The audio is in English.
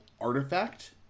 artifact